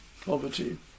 poverty